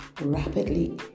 rapidly